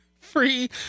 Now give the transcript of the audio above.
Free